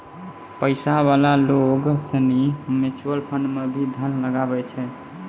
पैसा वाला लोग सनी म्यूचुअल फंड मे भी धन लगवै छै